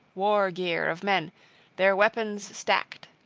war-gear of men their weapons stacked,